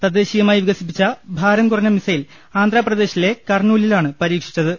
തദ്ദേശീയ്മായി വികസി പ്പിച്ച ഭാരം കുറഞ്ഞ മിസൈൽ ആന്ധ്രാപ്രദേശിലെ കർണൂ ലിലാണ് പരീക്ഷിച്ചത്